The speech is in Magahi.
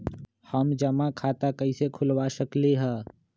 हम जमा खाता कइसे खुलवा सकली ह?